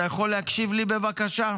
אתה יכול להקשיב לי, בבקשה?